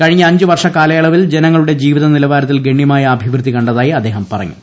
കഴിഞ്ഞ അഞ്ച് വർഷക്കാലയളവിൽ ജനങ്ങളുടെ ജീവിത നിലവാരത്തിൽ ഗണ്യമായ അഭിവൃദ്ധി കണ്ടതായി അദ്ദേഹം പറഞ്ഞു